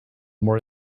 more